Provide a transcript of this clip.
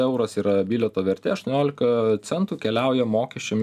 euras yra bilieto vertė aštuoniolika centų keliauja mokesčiam